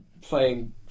playing